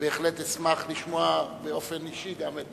בהחלט אשמח לשמוע, באופן אישי, גם את